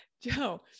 Joe